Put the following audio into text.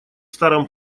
старом